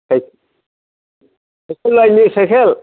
हैथ cycle लायनो cycle